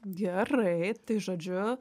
gerai tai žodžiu